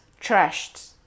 trashed